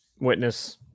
Witness